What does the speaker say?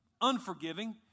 unforgiving